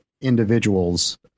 individuals